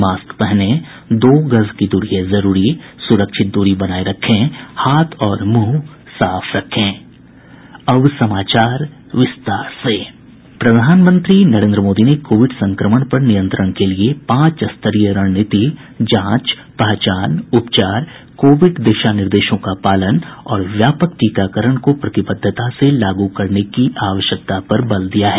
mask पहनें दो गज दूरी है जरूरी सुरक्षित दूरी बनाये रखें हाथ और मुंह साफ रखें प्रधानमंत्री नरेन्द्र मोदी ने कोविड संक्रमण पर नियंत्रण के लिए पांच स्तरीय रणनीति जांच पहचान उपचार कोविड दिशा निर्देश का पालन और व्यापक टीकाकरण को प्रतिबद्धता से लागू करने की आवश्यकता पर बल दिया है